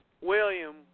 William